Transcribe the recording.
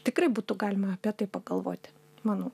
tikrai būtų galima apie tai pagalvoti manau